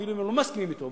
אפילו אם הם לא מסכימים אתו.